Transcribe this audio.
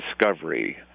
discovery